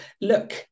look